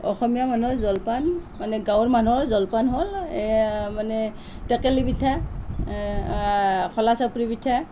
অসমীয়া মানুহৰ জলপান মানে গাঁৱৰ মানুহৰ জলপান হ'ল এইয়া মানে টেকেলি পিঠা খলাচাপৰি পিঠা